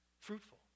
Fruitful